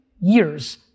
years